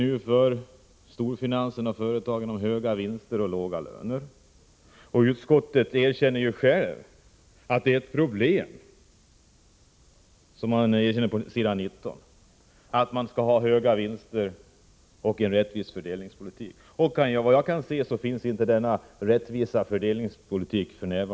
Man lockar storföretagen med en morot — höga vinster och låga löner. Men utskottsmajoriteten erkänner själv på s. 19 i betänkandet att det är ett problem att ha höga vinster och en rättvis fördelningspolitik och vad jag kan se finns f.n. inte denna rättvisa fördelningspolitik.